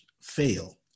fail